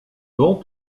vent